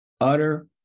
Utter